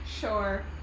Sure